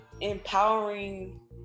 empowering